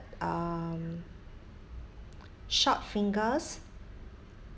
um short fingers